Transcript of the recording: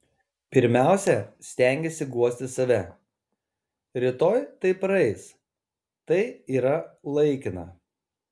pirmiausia stengiesi guosti save rytoj tai praeis tai yra laikina